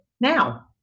now